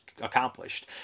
accomplished